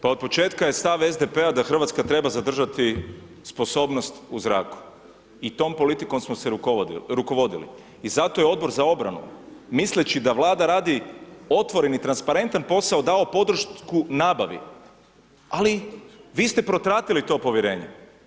Pa od početka je stav SDP-a da Hrvatska treba zadržati sposobnost u zraku i tom politikom smo se rukovodili i zato je Odbor za obranu misleći da Vlada radi otvoreni i transparentan posao, dao podršku nabavi ali vi ste potratili to povjerenje.